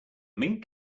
mink